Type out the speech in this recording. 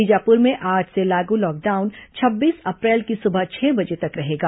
बीजापुर में आज से लागू लॉकडाउन छब्बीस अप्रैल की सुबह छह बजे तक रहेगा